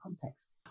context